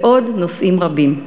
ועוד נושאים רבים.